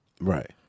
Right